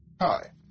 Hi